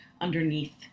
underneath